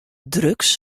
drugs